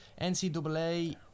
NCAA